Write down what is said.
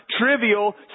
trivial